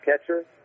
catcher